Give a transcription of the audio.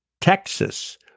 Texas